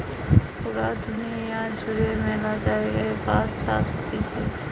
পুরা দুনিয়া জুড়ে ম্যালা জায়গায় বাঁশ চাষ হতিছে